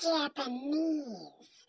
Japanese